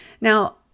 Now